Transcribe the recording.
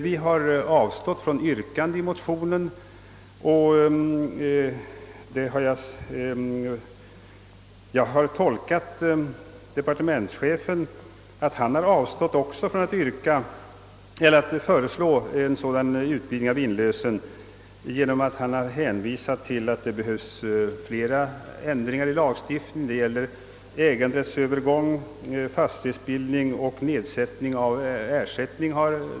Vi har avstått från yrkande härutinnan i motionen, och jag har uppfattat det så, att även departementschefen avstått från att föreslå en sådan utvidgning av inlösen, med hänvisning till att det i så fall behövs flera ändringar i lagstiftningen — han nämner äganderättsövergång, fastighetsbildning och nedsättning av ersättning.